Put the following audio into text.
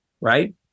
Right